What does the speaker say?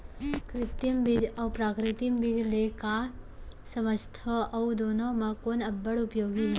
कृत्रिम बीज अऊ प्राकृतिक बीज ले का समझथो अऊ दुनो म कोन अब्बड़ उपयोगी हे?